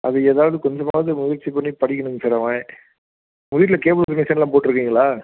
அதுக்கு ஏதாவது கொஞ்சமாவது முயற்சி பண்ணி படிக்கணுங்க சார் அவன் உங்கள் வீட்டில் கேபிள் கனெக்ஷனெலாம் போட்டிருக்கீங்களா